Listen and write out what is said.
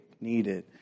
needed